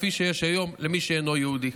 כפי שיש היום למי שאינו יהודי.